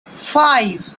five